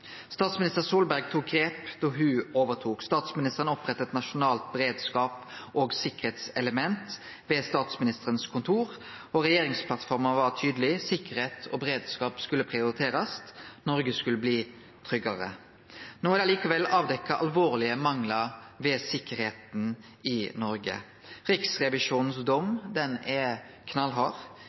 Statsminister Solberg tok grep da ho overtok. Statsministeren oppretta eit nasjonalt beredskaps- og sikkerheitselement ved Statsministerens kontor, og regjeringsplattforma var tydeleg: Sikkerheit og beredskap skulle prioriterast, Noreg skulle bli tryggare. No er det likevel avdekt alvorlege manglar ved sikkerheita i Noreg. Riksrevisjonens dom er knallhard.